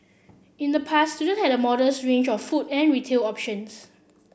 in the past student had a modest range of food and retail options